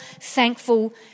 thankful